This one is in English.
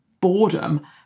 boredom